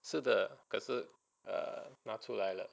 是的可是 err 拿出来了